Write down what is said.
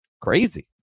crazy